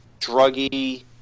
druggy